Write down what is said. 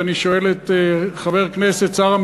ואני שואל את חבר הכנסת שטרית,